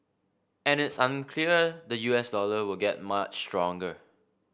and it's unclear the U S dollar will get much stronger